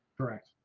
correct,